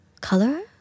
color